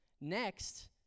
Next